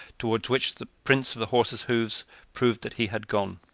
toward which the prints of the horses' hoofs proved that he had gone.